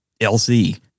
LC